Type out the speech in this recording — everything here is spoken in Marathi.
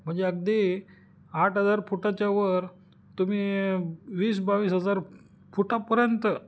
म्हणजे अगदी आठ हजार फुटाच्यावर तुम्ही वीस बावीस हजार फुटापर्यंत